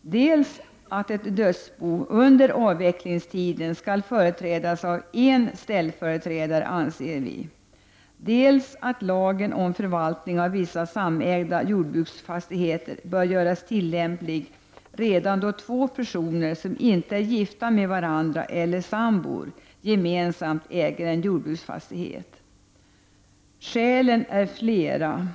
dels anser vi att ett dödsbo under avvecklingstiden skall företrädas av en ställföreträdare, dels att lagen om förvaltning av vissa samägda jordbruksfastigheter bör göras tillämplig redan då två personer, som inte är gifta med varandra eller sambor, gemensamt äger en jordbruksfastighet. Skälen till detta är flera.